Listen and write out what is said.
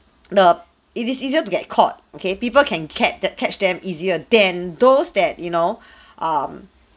the it is easier to get caught okay people can catch the catch them easier than those that you know um